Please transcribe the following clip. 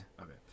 Okay